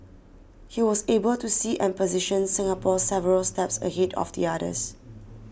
he was able to see and position Singapore several steps ahead of the others